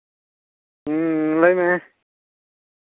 ᱦᱩ ᱞᱟᱹᱭ ᱢᱮ